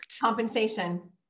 Compensation